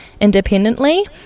independently